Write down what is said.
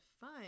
fun